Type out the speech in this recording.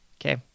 Okay